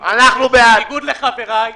ברור.